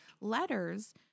letters